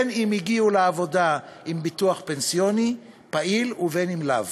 בין שהגיעו לעבודה עם ביטוח פנסיוני פעיל ובין שלא.